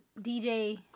DJ